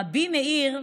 רבי מאיר,